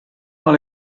dans